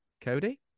Cody